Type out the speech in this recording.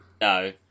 No